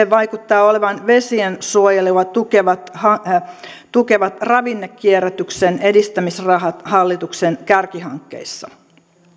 vaikuttaa olevan vesiensuojelua tukevat tukevat ravinnekierrätyksen edistämisrahat hallituksen kärkihankkeissa